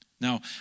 Now